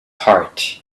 heart